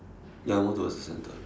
ya more towards the center